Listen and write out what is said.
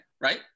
right